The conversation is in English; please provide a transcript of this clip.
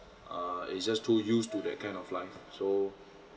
uh it's just too used to that kind of life so